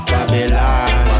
Babylon